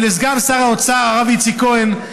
ולסגן שר האוצר הרב איציק כהן,